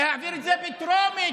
להעביר את זה בטרומית.